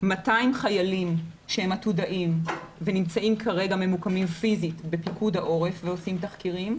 200 חיילים עתודאים שנמצאים כרגע פיזית בפיקוד העורף ועושים תחקירים,